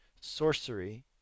sorcery